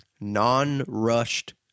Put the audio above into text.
non-rushed